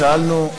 שאלנו.